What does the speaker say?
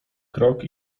krok